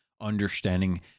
understanding